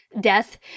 death